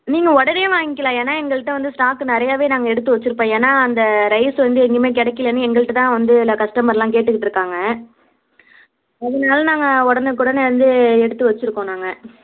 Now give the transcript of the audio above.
நீங்கள் உடனே வாங்கிக்கிலாம் ஏன்னால் எங்கள்கிட்ட வந்து ஸ்டாக்கு நிறையாவே நாங்கள் எடுத்து வெச்சுருப்போம் ஏன்னால் அந்த ரைஸ் வந்து எங்கேயுமே கிடைக்கலனு எங்கள்கிட்ட தான் வந்து எல்லா கஸ்டமரெலாம் கேட்டுகிட்டிருக்காங்க அதனால நாங்கள் உடனுக்கொடனே வந்து எடுத்து வெச்சுருக்கோம் நாங்கள்